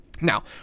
now